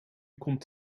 komt